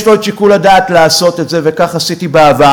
יש לו את שיקול הדעת לעשות את זה, וכך עשיתי בעבר,